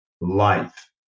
life